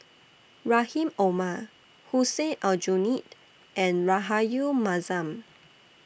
Rahim Omar Hussein Aljunied and Rahayu Mahzam